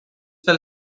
pel